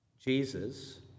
Jesus